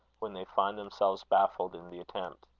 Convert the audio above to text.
when they find themselves baffled in the attempt.